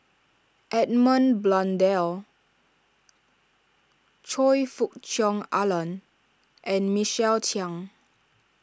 Edmund Blundell Choe Fook Cheong Alan and Michael Chiang